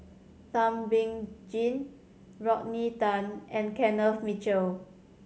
Thum Ping Tjin Rodney Tan and Kenneth Mitchell